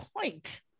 point